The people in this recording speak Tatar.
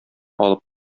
алып